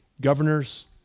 governors